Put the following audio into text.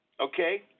Okay